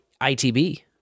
ITB